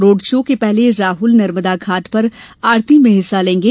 road show के पहले राहुल नर्मदा घाट पर आरती में हिस्सा लेंगे